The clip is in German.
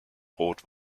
rot